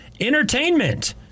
entertainment